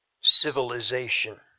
civilization